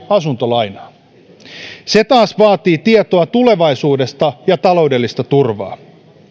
asuntolainaa se taas vaatii tietoa tulevaisuudesta ja taloudellista turvaa